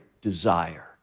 desire